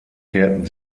kehrten